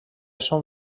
són